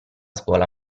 scuola